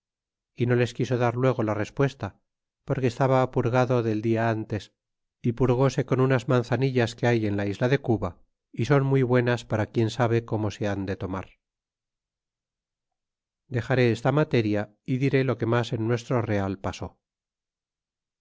y no les quiso dar luego la respuesta porque estaba purgado del dial antes y purgóse con unas manzanillas que hay en la isla de cuba y son muy buenas para quien sabe como se han de tomar dexaré esta materia y diré lo que mas en nuestro real pasó